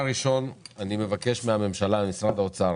דבר ראשון, אני מבקש ממשרד האוצר